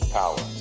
power